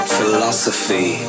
philosophy